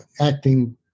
acting